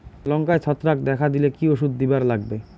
লঙ্কায় ছত্রাক দেখা দিলে কি ওষুধ দিবার লাগবে?